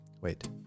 wait